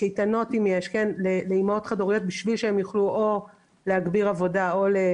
קייטנות לאימהות חד-הוריות כדי שיוכלו להגביר עבודה.